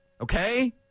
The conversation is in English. Okay